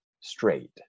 straight